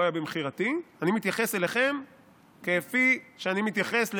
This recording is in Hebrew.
היה במכירתי" אני מתייחס אליכם כפי שאני מתייחס לבנימין.